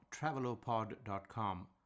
TravelOpod.com